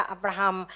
Abraham